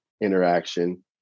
interaction